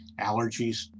allergies